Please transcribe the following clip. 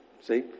See